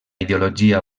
ideologia